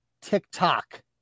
TikTok